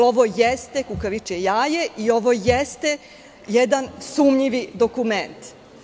Ovo jeste kukavičije jaje i ovo jeste jedan sumnjivi dokument.